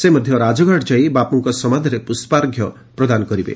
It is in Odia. ସେ ମଧ୍ୟ ରାଜଘାଟ ଯାଇ ବାପୁଙ୍କ ସମାଧିରେ ପୁଷ୍ପାର୍ଘ୍ୟ ପ୍ରଦାନ କରିବେ